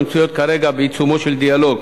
המצויות כרגע בעיצומו של דיאלוג